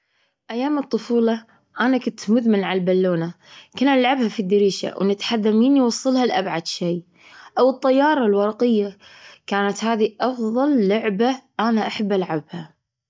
أيام الطفولة أنا كنت مدمن على البلونة! كنا نلعبها في الدريشة ونتحدى مين يوصلها لأبعد شيء. أو الطيارة الورقية، كانت هذي أفضل لعبة أنا أحب ألعبها.